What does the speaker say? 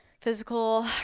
physical